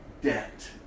debt